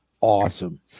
awesome